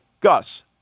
Gus